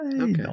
okay